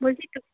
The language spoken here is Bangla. বলছি